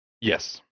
Yes